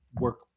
work